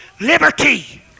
liberty